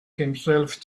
himself